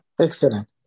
excellent